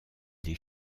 des